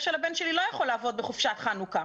של הבן שלי לא יכול לעבוד בחופשת חנוכה.